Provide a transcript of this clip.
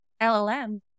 LLM